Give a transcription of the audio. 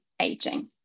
aging